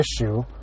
issue